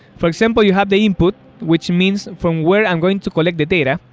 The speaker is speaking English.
for example, you have the input, which means from where i'm going to collect the data.